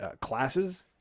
classes